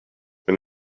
wenn